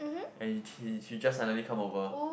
and he he he just suddenly come over